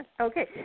Okay